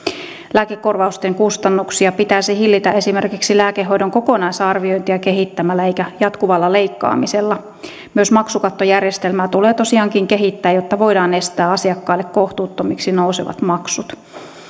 lääkekorvausten kustannuksia pitäisi hillitä esimerkiksi lääkehoidon kokonaisarviointia kehittämällä eikä jatkuvalla leikkaamisella myös maksukattojärjestelmää tulee tosiaankin kehittää jotta voidaan estää asiakkaille kohtuuttomiksi nousevat maksut